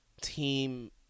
team